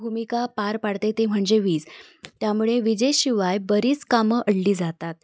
भूमिका पार पाडते ते म्हणजे वीज त्यामुळे विजेशिवाय बरीच कामं अडली जातात